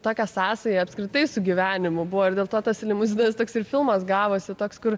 tokia sąsaja apskritai su gyvenimu buvo ir dėl to tas limuzinas toks ir filmas gavosi toks kur